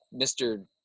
mr